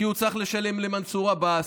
כי הוא צריך לשלם למנסורי עבאס,